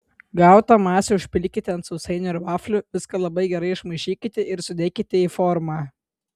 gautą masę užpilkite ant sausainių ir vaflių viską labai gerai išmaišykite ir sudėkite į formą